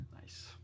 Nice